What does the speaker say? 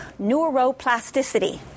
neuroplasticity